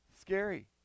scary